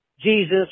Jesus